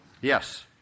Yes